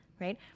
right